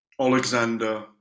Alexander